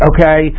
Okay